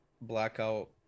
Blackout